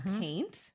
paint